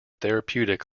therapeutic